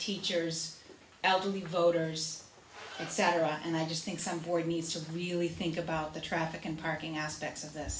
teachers elderly voters and sat around and i just think some board needs to really think about the traffic and parking aspects of this